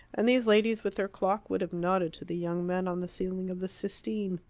and these ladies with their clock would have nodded to the young men on the ceiling of the sistine.